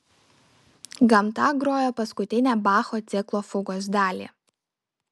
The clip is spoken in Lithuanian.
gamta grojo paskutinę bacho ciklo fugos dalį